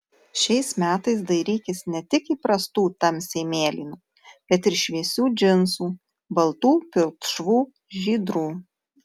šiais metais dairykis ne tik įprastų tamsiai mėlynų bet ir šviesių džinsų baltų pilkšvų žydrų